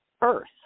earth